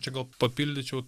čia gal papildyčiau